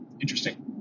Interesting